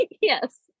Yes